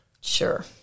Sure